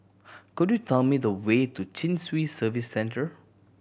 could you tell me the way to Chin Swee Service Centre